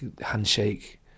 handshake